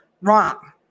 wrong